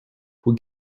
who